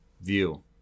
view